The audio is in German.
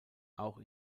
auch